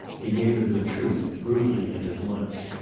he gave her the truth, brutally and at once.